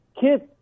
kids